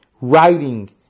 writing